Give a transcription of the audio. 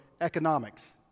economics